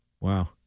Wow